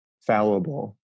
fallible